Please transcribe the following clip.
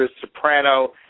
soprano